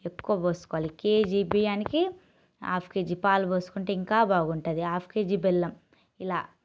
ఎక్కువ పోసుకోవాలి కేజీ బియ్యానికి హాఫ్ కేజీ పాలు పోసుకుంటే ఇంకా బాగుంటుంది ఆఫ్ కేజీ బెల్లం ఇలా